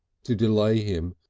to delay him,